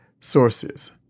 sources